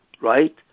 right